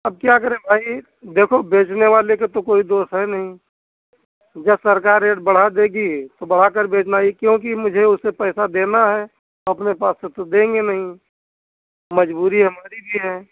अब क्या करें भाई देखो बेचने वाले का तो कोई दोष है नहीं जब सरकार रेट बढ़ा देगी तो बढ़ाकर बेचना है क्योंकि मुझे उसे पैसा देना है अपने पास से तो देंगे नहीं मजबूरी हमारी भी है